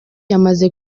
yamaze